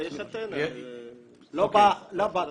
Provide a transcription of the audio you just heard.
לא בתקנות.